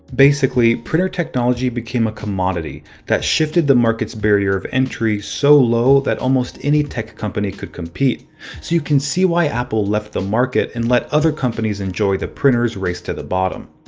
basically, printer technology became a commodity that shifted the market's barrier of entry so low that almost any tech company could compete. so you can see why apple left the market and let other companies enjoy the printers race to the bottom.